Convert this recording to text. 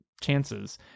chances